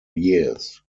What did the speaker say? years